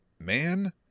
man